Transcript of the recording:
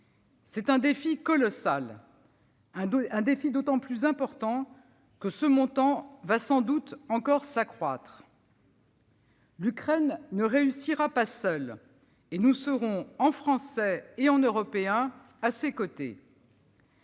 C'est un défi colossal. Un défi d'autant plus important que ce montant va sans doute encore s'accroître. L'Ukraine ne réussira pas seule. Nous serons, en Français et en Européens, à ses côtés.